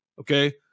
Okay